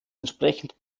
entsprechend